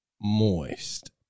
moist